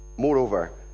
Moreover